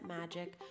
magic